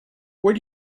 where